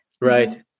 Right